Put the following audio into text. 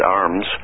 arms